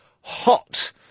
hot